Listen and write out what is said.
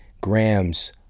grams